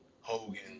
Hogan